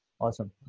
Awesome